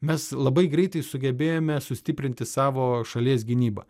mes labai greitai sugebėjome sustiprinti savo šalies gynybą